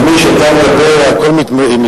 תאמין לי, כשאתה מדבר הכול מתגמד פה.